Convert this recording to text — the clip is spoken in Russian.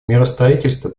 миростроительство